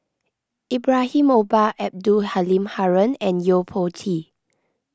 Ibrahim Omar Abdul Halim Haron and Yo Po Tee